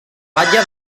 batlle